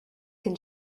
can